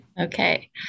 Okay